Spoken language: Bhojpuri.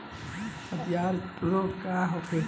अतिसार रोग का होखे?